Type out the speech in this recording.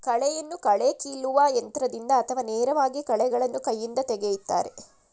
ಕಳೆಯನ್ನು ಕಳೆ ಕೀಲುವ ಯಂತ್ರದಿಂದ ಅಥವಾ ನೇರವಾಗಿ ಕಳೆಗಳನ್ನು ಕೈಯಿಂದ ತೆಗೆಯುತ್ತಾರೆ